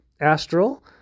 astral